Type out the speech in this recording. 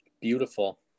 Beautiful